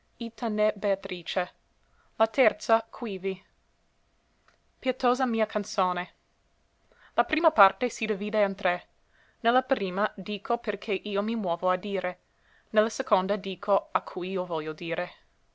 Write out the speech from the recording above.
beatrice la terza quivi pietosa mia canzone la prima parte si divide in tre ne la prima dico perché io mi muovo a dire ne la seconda dico a cui io voglio dire